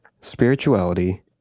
Spirituality